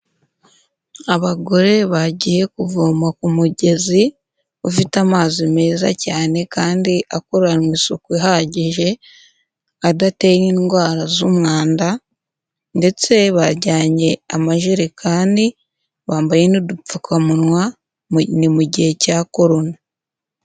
Abagore bagiye kuvoma ku mugezi ufite amazi meza cyane kandi akoranwe isuku ihagije, adateye indwara z'umwanda ndetse bajyanye amajerekani bambaye n'udupfukamunwa. Ni mu gihe cya Corona.